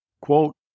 Quote